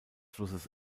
flusses